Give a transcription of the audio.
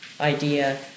idea